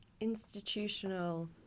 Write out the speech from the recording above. institutional